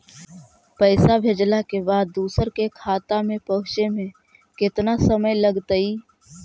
पैसा भेजला के बाद दुसर के खाता में पहुँचे में केतना समय लगतइ?